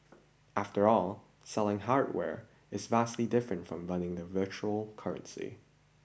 after all selling hardware is vastly different from running a virtual currency